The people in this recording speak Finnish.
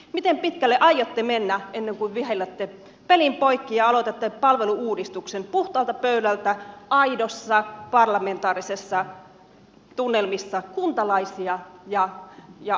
miten pitkälle aiotte mennä ennen kuin vihellätte pelin poikki ja aloitatte palvelu uudistuksen puhtaalta pöydältä aidossa parlamentaarisessa tunnelmassa kuntalaisia ja asiantuntijoita kuunnellen